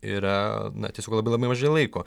yra na tiesiog labai labai mažai laiko